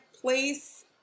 place